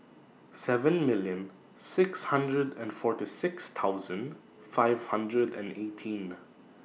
seven million six hundred and forty six thousand five hundred and eighteen